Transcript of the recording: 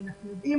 אנחנו יודעים